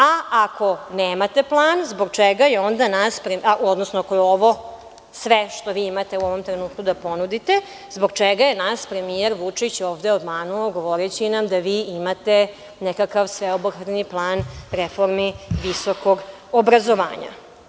A ako nemate plan, zbog čega je onda, odnosno ako je ovo sve što vi imate u ovom trenutku da ponudite, zbog čega je nas premijer Vučić ovde obmanuo govoreći nam da vi imate nekakav sveobuhvatni plan reformi visokog obrazovanja.